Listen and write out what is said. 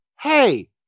hey